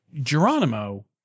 Geronimo